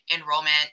Enrollment